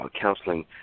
counseling